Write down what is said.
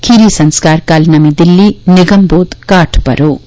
खीरी संस्कार कल नर्मी दिल्ली निगमबोध घाट उप्पर होग